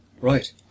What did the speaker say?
Right